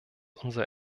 unser